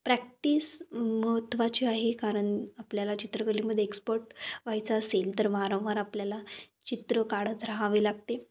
practice महत्त्वाची आहे कारण आपल्याला चित्रकलेमध्ये एक्सपर्ट व्हायचं असेल तर वारंवार आपल्याला चित्र काढत रहावे लागते